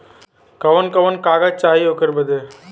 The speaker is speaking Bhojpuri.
कवन कवन कागज चाही ओकर बदे?